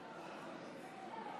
הראשונה,